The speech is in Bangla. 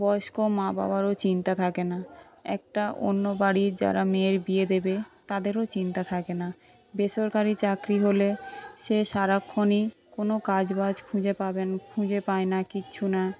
বয়স্ক মা বাবারও চিন্তা থাকে না একটা অন্য বাড়ির যারা মেয়ের বিয়ে দেবে তাদেরও চিন্তা থাকে না বেসরকারি চাকরি হলে সে সারাক্ষনই কোনো কাজবাজ খুঁজে পাবেন খুঁজে পাইনা কিচ্ছু না